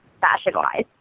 fashion-wise